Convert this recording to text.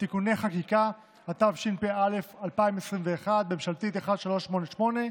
(תיקוני חקיקה), התשפ"א 2021, מ/1388,